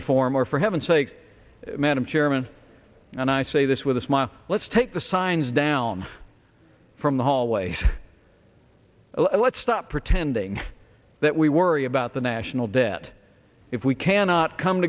reform or for heaven's sake madam chairman and i say this with a smile let's take the signs down from the hallway let's stop pretending that we worry about the national debt if we cannot come